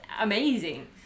amazing